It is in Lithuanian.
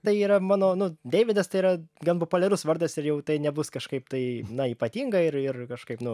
tai yra mano nu deividas tai yra gan populiarus vardas ir jau tai nebus kažkaip tai ypatinga ir ir kažkaip nu